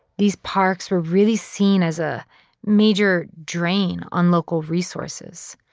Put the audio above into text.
these parks were really seen as a major drain on local resources.